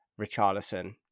richarlison